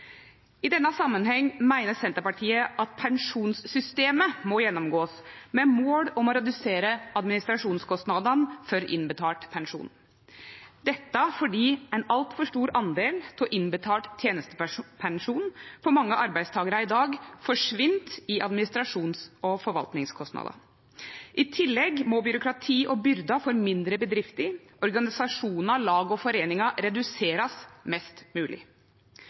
I denne samanhengen meiner Senterpartiet at me må ha ei gjennomgang av pensjonssystemet, med mål om å redusere administrasjonskostnadene for innbetalt pensjon – dette fordi ein altfor stor del av innbetalt tenestepensjon for mange arbeidstakarar i dag forsvinn i administrasjons- og forvaltningskostnader. I tillegg må byråkrati og byrder for mindre bedrifter, organisasjonar, lag og foreiningar reduserast mest